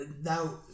Now